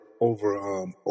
over